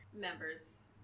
member's